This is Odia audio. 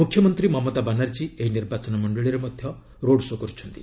ମୁଖ୍ୟମନ୍ତ୍ରୀ ମମତା ବାନାର୍ଜୀ ଏହି ନିର୍ବାଚନ ମଣ୍ଡଳୀରେ ମଧ୍ୟ ରୋଡ ଶୋ' କରୁଛନ୍ତି